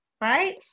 right